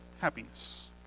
happiness